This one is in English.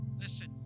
Listen